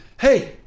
hey